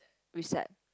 recep